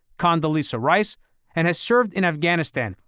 condoleezza rice and has served in afghanistan,